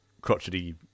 crotchety